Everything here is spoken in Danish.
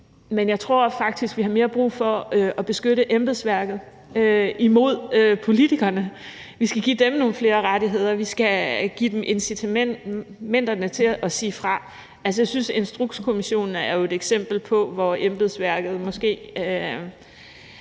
Men jeg tror faktisk, vi har mere brug for at beskytte embedsværket imod politikerne. Vi skal give dem nogle flere rettigheder. Vi skal give dem incitamenterne til at sige fra. Jeg synes, Instrukskommissionen er et eksempel på, at nogle i embedsværket havde